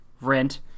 rent